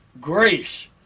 Grace